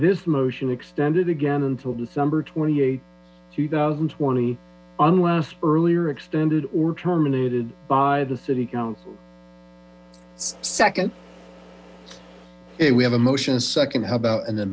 this motion extended again until december twenty eight two thousand and twelve unless earlier extended or terminated by the city council second we have a motion a second how about an